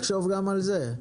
צריך לחשוב גם על זה,